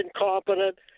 incompetent